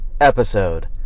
episode